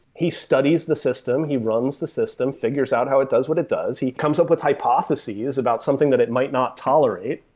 he studies the system. he runs the system. figures out how it does what it does. he comes up with hypotheses about something that it might not tolerate.